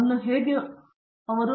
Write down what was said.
ಶ್ರೀಕಾಂತ್ ವೇದಾಂತಮ್ ಹೌದು